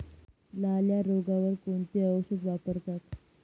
लाल्या रोगावर कोणते औषध वापरतात?